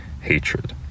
hatred